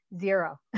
Zero